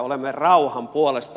olemme rauhan puolesta